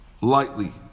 lightly